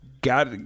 got